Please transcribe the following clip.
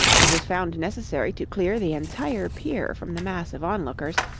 it was found necessary to clear the entire piers from the mass of onlookers,